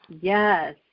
Yes